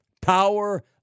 Power